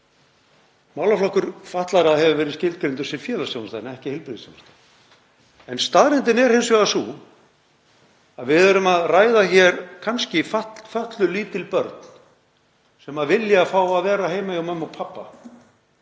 Málaflokkur fatlaðra hefur verið skilgreindur sem félagsþjónusta en ekki heilbrigðisþjónusta. En staðreyndin er hins vegar sú að við erum að ræða hér kannski fötluð lítil börn sem vilja fá að vera heima hjá mömmu og pabba